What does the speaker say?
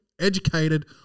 educated